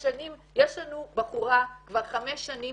יש לנו בחורה בהליך כבר חמש שנים,